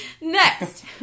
Next